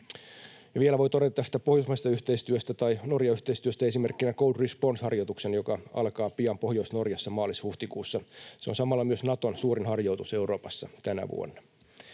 vielä voi todeta tästä pohjoismaisesta yhteistyöstä tai Norja-yhteistyöstä esimerkkinä Cold Response ‑harjoituksen, joka alkaa pian Pohjois-Norjassa, maalis—huhtikuussa. Se on samalla myös Naton suurin harjoitus Euroopassa tänä vuonna.